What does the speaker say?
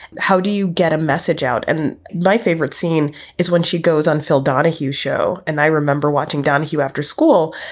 how do you get a message out? and my favorite scene is when she goes on phil donahue show. and i remember watching donahue after school.